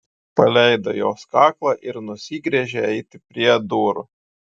paleido jos kaklą ir nusigręžė eiti prie durų